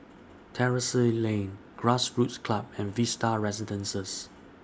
Terrasse Lane Grassroots Club and Vista Residences